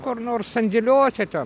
kur nors sandėliuoti ten